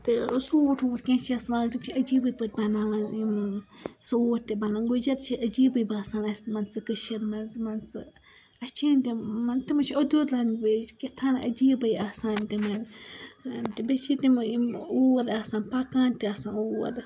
تہٕ سوٗٹھ ووٗٹھ کیٚنٛہہ چھِ تِم چھِ عٔجیٖبٕے پٲٹھۍ بَناوان یِم سوٗٹھ تہِ بَنن گُجَر چھِ عٔجیٖبٕے باسان اَسہِ مان ژٕ کٔشیٖرِِ منٛز مان ژٕ اَسہِ چھِی تِم مان تِم چھِ اُردو لَنگویج کیٛاہتانۍ عٔجیٖبٕے آسان تِمَن تہٕ بیٚیہِ چھِ تِم یِم اوٗل آسان پَکان تہٕ آسان اوٗل